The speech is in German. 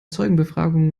zeugenbefragung